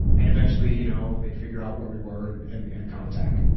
and eventually, you know they'd figure out where we were and and and come attack.